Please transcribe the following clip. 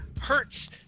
hurts